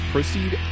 Proceed